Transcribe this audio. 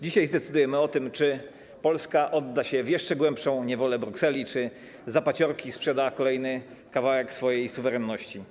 Dzisiaj zdecydujemy o tym, czy Polska odda się w jeszcze głębszą niewolę Brukseli, czy za paciorki sprzeda kolejny kawałek swojej suwerenności.